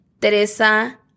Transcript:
Teresa